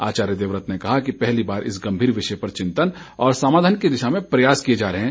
आचार्य देववत ने कहा कि पहली बार इस गंभीर वषिय पर चिंतन और समाधान की दिशा में प्रयास किए जा रहे है